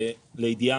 לידיעה,